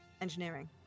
engineering